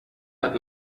hat